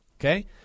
Okay